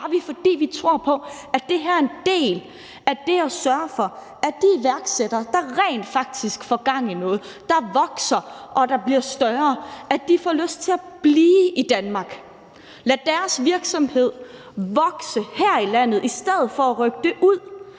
fordi vi tror på, at det her er en del af det at sørge for, at de iværksættere, der rent faktisk får gang i noget, som vokser, og som bliver større, får lyst til at blive i Danmark. Lad deres virksomheder vokse her i landet, i stedet for at de rykker ud;